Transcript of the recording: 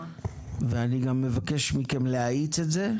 ואני גם מבקש מכם להאיץ את זה,